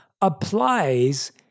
applies